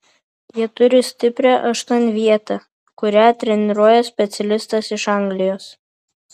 jie turi stiprią aštuonvietę kurią treniruoja specialistas iš anglijos